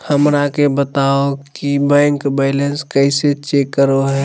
हमरा के बताओ कि बैंक बैलेंस कैसे चेक करो है?